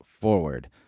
forward